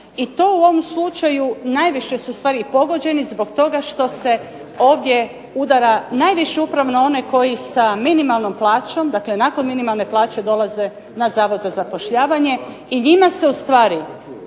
I to u ovom slučaju najviše su ustvari pogođeni zbog toga što se ovdje udara najviše upravo na one koji sa minimalnom plaćom, dakle nakon minimalne plaće dolaze na Zavod za zapošljavanje i njima se ustvari